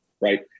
Right